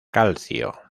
calcio